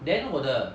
then 我的